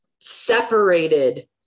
separated